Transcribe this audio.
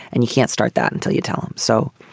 and you can't start that until you tell him. so.